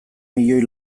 milioi